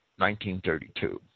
1932